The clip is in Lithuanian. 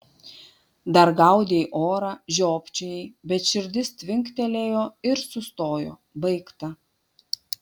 dar gaudei orą žiopčiojai bet širdis tvinktelėjo ir sustojo baigta